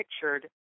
pictured